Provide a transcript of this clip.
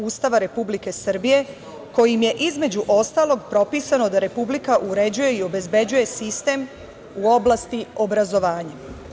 Ustava Republike Srbije, kojim je, između ostalog, propisano da Republika uređuje i obezbeđuje sistem u oblasti obrazovanja.